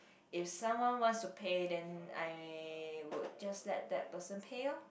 if someone wants to pay then I would just let that person pay oh